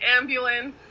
ambulance